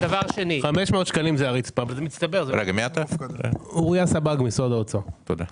אוריה סבג ממשרד האוצר.